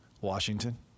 Washington